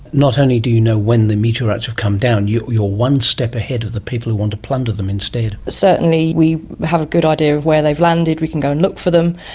not only do you know when the meteorites have come down, you you are one step ahead of the people who want to plunder them instead. certainly we have a good idea of where they've landed, we can go and look for them,